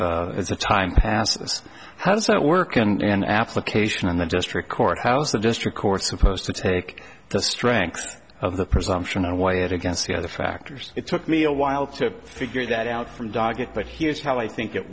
gets the time passes how does that work and an application on the district court house the district court supposed to take the strength of the presumption away and against the other factors it took me a while to figure that out from doggett but here's how i think it